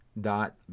dot